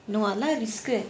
no அதுலாம்:athulaam risk eh